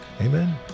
Amen